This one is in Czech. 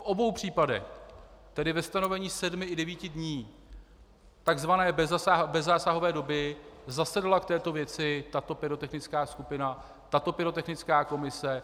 V obou případech, tedy ve stanovení sedmi i devíti dní takzvané bezzásahové doby, zasedala k této věci tato pyrotechnická skupina, tato pyrotechnická komise.